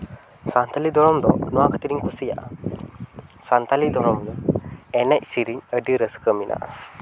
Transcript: ᱥᱟᱱᱛᱟᱲᱤ ᱫᱷᱚᱨᱚᱢ ᱫᱚ ᱱᱚᱣᱟ ᱠᱷᱟᱹᱛᱤᱨ ᱤᱧ ᱠᱩᱥᱤᱭᱟᱜᱼᱟ ᱥᱟᱱᱛᱟᱲᱤ ᱫᱷᱚᱨᱚᱢ ᱜᱮ ᱮᱱᱮᱡ ᱥᱮᱨᱮᱧ ᱟᱹᱰᱤ ᱨᱟᱹᱥᱠᱟᱹ ᱢᱮᱱᱟᱜᱼᱟ